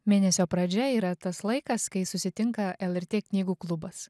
mėnesio pradžia yra tas laikas kai susitinka lrt knygų klubas